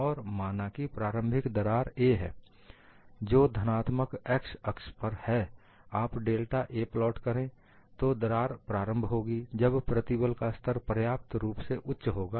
और माना कि प्रारंभिक दरार a है जो धनात्मक x अक्ष पर है आप डेल्टा a प्लाट करें तो दरार प्रारंभ होगी जब प्रतिबल का स्तर पर्याप्त रूप से उच्च होगा